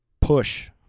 Push